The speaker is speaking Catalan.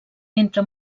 entre